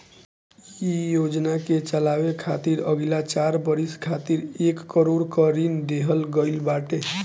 इ योजना के चलावे खातिर अगिला चार बरिस खातिर एक करोड़ कअ ऋण देहल गईल बाटे